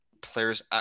players